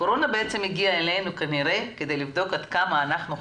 הקורונה בעצם הגיעה אלינו כנראה כדי לבדוק עד כמה אנחנו חזקים,